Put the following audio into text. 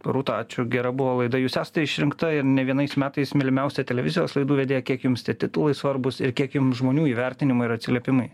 rūta ačiū gera buvo laida jūs esate išrinkta ir ne vienais metais mylimiausia televizijos laidų vedėja kiek jums tie titulai svarbūs ir kiek jums žmonių įvertinimai ir atsiliepimai